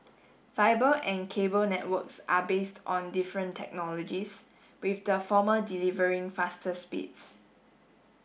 fibre and cable networks are based on different technologies with the former delivering faster speeds